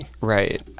Right